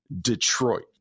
Detroit